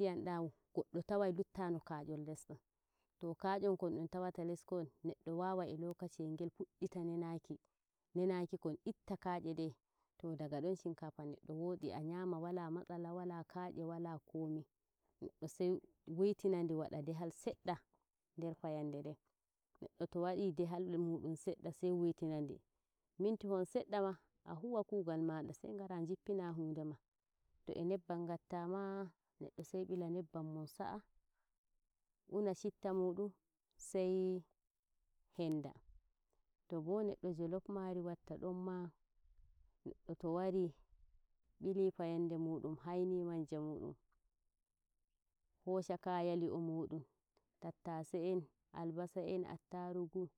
ɗiyam ɗan goɗɗo tawai luttano kanjum less ɗon to kayan kon dum tawata less kon neɗɗo wowai e lokaciyel ngel neddo fu'ita nenaki ko itta kanye nde to daga don shinkafa neɗɗo fu'ita nenaki ko itta kanye de to daga don shinkafa neɗɗo woodi a nyama wala matsala wala kaanye wala komai. Neddo sai wiytina di wada ndijam sedda nder fayande nden neɗɗo to wadi ndiyam muɗum sedda sai wuiti nandi, mittihon seɗɗa ma a huwa kugal mada sai ngada jippina hunde ma. To e nebban ngatta ma neddo sai binla nebban mudun sa'a non ma to neɗɗo mbili fayande mudum haini manja mudun hosha kaya li'o muɗun tattasai en, albasa en, attarugu en,